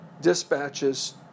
dispatches